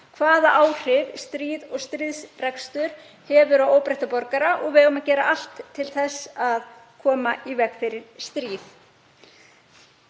hvaða áhrif stríð og stríðsrekstur hafa á óbreytta borgara og við eigum að gera allt til þess að koma í veg fyrir stríð.